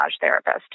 Therapist